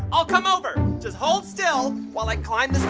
i'll come over. just hold still while i climb this